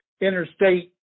interstate